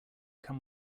come